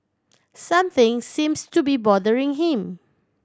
something seems to be bothering him